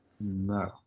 No